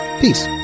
Peace